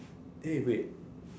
eh wait